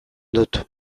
dut